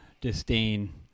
disdain